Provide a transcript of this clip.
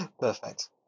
Perfect